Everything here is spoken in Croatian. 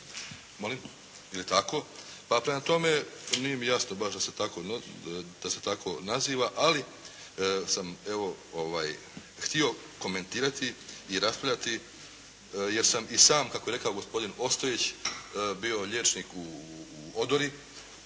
Molim? Je li tako? Pa prema tome, nije mi jasno baš da se tako naziva. Ali sam evo htio komentirati i raspravljati, jer sam i sam kako je rekao gospodin Ostojić bio liječnik u odori